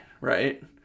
right